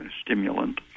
stimulant